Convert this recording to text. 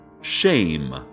Shame